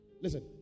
Listen